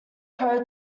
pro